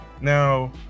Now